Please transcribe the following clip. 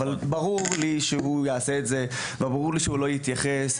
ברור לי שהוא יעשה את זה וברור לי שהוא לא יתייחס,